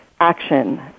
action